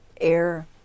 air